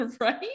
right